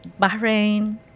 Bahrain